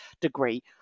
degree